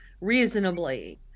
reasonably